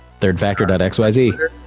ThirdFactor.xyz